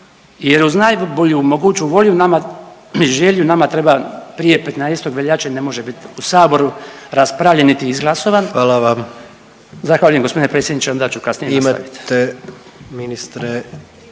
jer uz najbolju moguću volju nama i želju, nama treba prije 15. veljače ne može biti u Saboru raspravljen niti izglasovan … .../Upadica: Hvala vam./... Zahvaljujem g. predsjedniče, onda ću kasnije nastavit.